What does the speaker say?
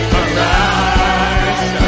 arise